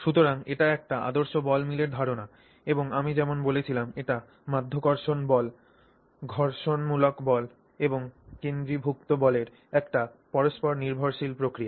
সুতরাং এটি একটি আদর্শ বল মিলের ধারণা এবং আমি যেমন বলেছিলাম এটি মাধ্যাকর্ষণ বল ঘর্ষণমূলক বল এবং কেন্দ্রীভূক্ত বলের একটি পরস্পর নির্ভরশীল প্রক্রিয়া